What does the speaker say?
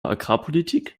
agrarpolitik